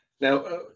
Now